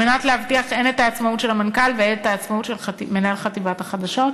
כדי להבטיח הן את עצמאות המנכ"ל והן את העצמאות של מנהל חטיבת החדשות,